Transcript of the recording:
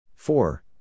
Four